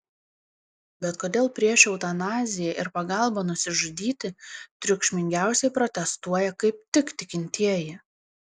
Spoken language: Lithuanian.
bet kodėl prieš eutanaziją ir pagalbą nusižudyti triukšmingiausiai protestuoja kaip tik tikintieji